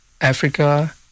africa